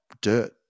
dirt